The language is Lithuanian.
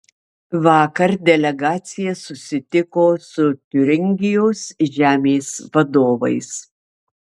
vakar delegacija susitiko su tiuringijos žemės vadovais